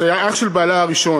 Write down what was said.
שהיה אח של בעלה הראשון.